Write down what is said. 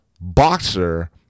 boxer